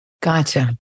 Gotcha